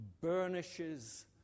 burnishes